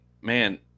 man